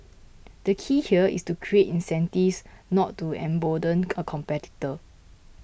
the key here is to create incentives not to embolden a competitor